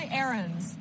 errands